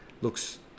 looks